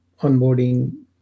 onboarding